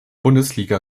bundesliga